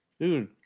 Dude